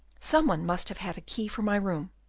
some one must have had a key for my room,